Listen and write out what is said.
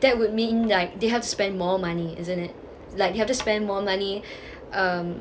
that would mean like they have to spend more money isn't it like they have to spend more money um